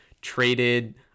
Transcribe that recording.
traded